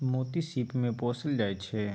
मोती सिप मे पोसल जाइ छै